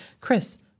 Chris